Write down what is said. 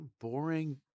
boring